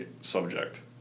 subject